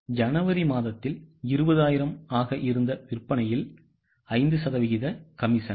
ஆக ஜனவரி மாதத்தில் 20000 ஆக இருந்த விற்பனையில் 5 சதவீத கமிஷன்